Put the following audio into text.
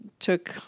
took